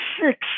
six